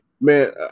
Man